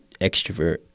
extrovert